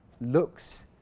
looks